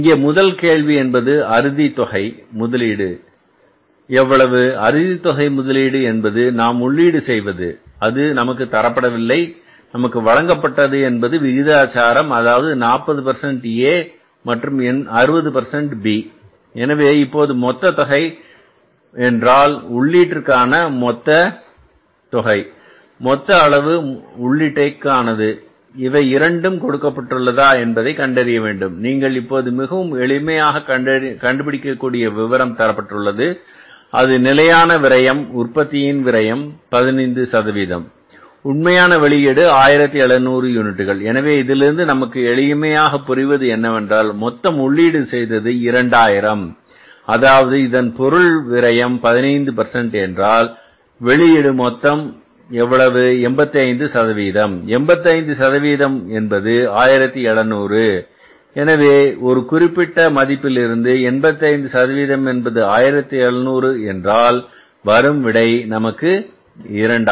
இங்கே முதல் கேள்வி என்பது அறுதி தொகை முதலீடு எவ்வளவு அறுதி தொகை முதலீடு என்பது நாம் உள்ளீடு செய்வது அது நமக்கு தரப்படவில்லை நமக்கு வழங்கப்பட்டது என்பது விகிதாச்சாரம் அதாவது 40 A மற்றும் 60 B எனவே இப்போது மொத்த தொகை மொத்தத் தொகை என்றால் உள்ளீட்டு ற்கான மொத்த தொகை மொத்த அளவு உள்ளீட்டுக் ஆனது இவை இரண்டும் கொடுக்கப்பட்டுள்ளதா என்பதை கண்டறிய வேண்டும் நீங்கள் இப்போது மிகவும் எளிமையாக கண்டு பிடிக்க கூடிய விவரம் தரப்பட்டுள்ளது அது நிலையான விரயம் உற்பத்தியின் போது விரயம் 15 உண்மையான வெளியீடு 1700 யூனிட்டுகள் எனவே இதிலிருந்து நமக்கு எளிமையாக புரிவது என்னவென்றால் மொத்தம் உள்ளீடு செய்தது 2000 அதாவது இதன் பொருள் விரையம் 15 என்றால் வெளியீடு மொத்தம் எவ்வளவு 85 85 சதவீதம் என்பது 1700 எனவே ஒரு குறிப்பிட்ட மதிப்பிலிருந்து 85 என்பது 1700 என்றால் வரும் விடை நமக்கு 2000